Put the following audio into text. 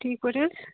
ٹھیٖک پٲٹھۍ حظ